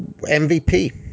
MVP